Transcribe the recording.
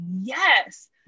yes